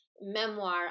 memoir